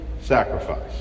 sacrifice